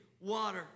water